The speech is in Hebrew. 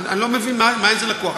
ואני לא מבין מאין זה לקוח.